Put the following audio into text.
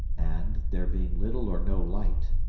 and, there being little or no light,